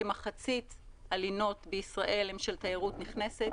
כמחצית הלינות בישראל הם של תיירות נכנסות.